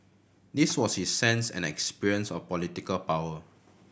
this was his sense and experience of political power